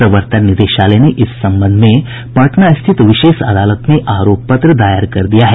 प्रवर्तन निदेशालय ने इस संबंध में पटना स्थित विशेष अदालत में आरोप पत्र दायर कर दिया है